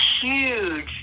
huge